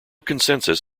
consensus